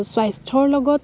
স্বাস্থ্যৰ লগত